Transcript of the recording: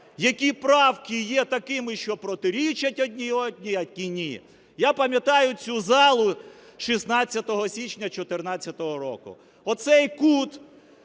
які правки є такими, що протирічать одна одній, а які ні. Я пам'ятаю цю залу 16 січня 14-го року. Оцей кут,